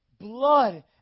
blood